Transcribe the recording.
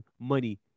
money